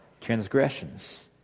transgressions